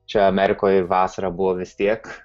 čia amerikoje vasarą buvo vis tiek